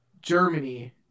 Germany